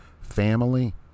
family